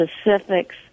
specifics